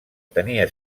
tenia